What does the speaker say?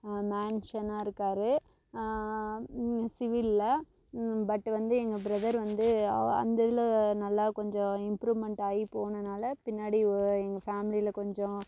மேன்ஷனாக இருக்கார் சிவிலில் பட்டு வந்து எங்கள் பிரதர் வந்து அந்த இதில் நல்லா கொஞ்சம் இம்ப்ரூவ்மெண்ட் ஆகி போனனால பின்னாடி எங்கள் ஃபேமிலியில கொஞ்சம்